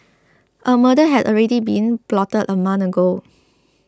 a murder had already been plotted a month ago